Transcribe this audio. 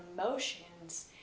emotions